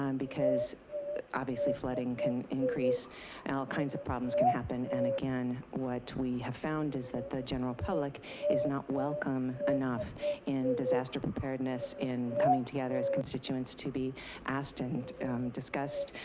um because obviously flooding can increase, and all kinds of problems can happen. and again, what we have found is that the general public is not welcome enough in disaster preparedness, in coming together as constituents to be asked and discussed,